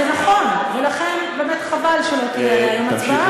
זה נכון, ולכן חבל באמת שלא תהיה היום הצבעה?